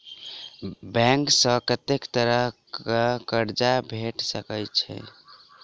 Bank सऽ कत्तेक तरह कऽ कर्जा भेट सकय छई?